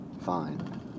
fine